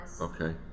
okay